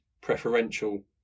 preferential